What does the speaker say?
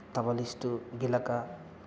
తబలిస్టు గిలక